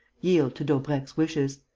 yield to daubrecq's wishes.